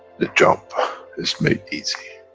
the job is made easy.